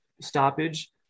stoppage